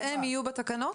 הם יהיו בתקנות?